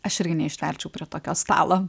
aš irgi neištverčiau prie tokio stalo